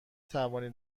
توانید